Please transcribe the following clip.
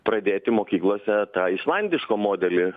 pradėti mokyklose tą islandišką modelį